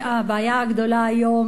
הבעיה הגדולה היום,